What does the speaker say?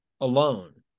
alone